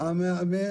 בוני נחושת,